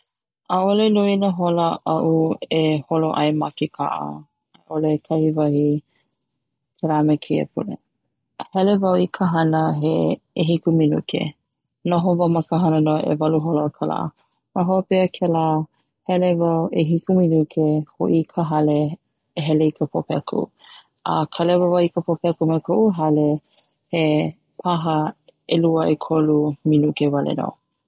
'A'ole nui na hola a'u e holo ai ma ke ka'a 'ai'ole i kahi wahi kela me keia pule, hele wau i ka hana he 'ehiku minuke noho wau ma ka hana no 'ewalu mau hola o ka la ma hope o kela hele wau 'ehiku minuke ho'i i ka hale e hele i ka popeku a kalaiwa wau i ka popeku mai ko'u hale he paha 'elua 'ekolu minuke wale no.